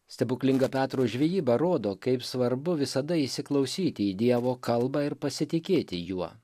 stebuklinga petro žvejyba rodo kaip svarbu visada įsiklausyti į dievo kalbą ir pasitikėti juo